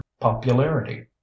popularity